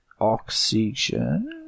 oxygen